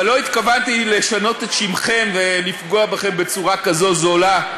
אבל לא התכוונתי לשנות את שמכם ולפגוע בכם בצורה כזו זולה.